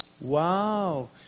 Wow